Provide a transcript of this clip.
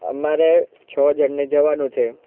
અમારે છ જણને જવાનું છે